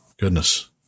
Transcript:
Goodness